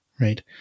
right